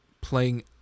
playing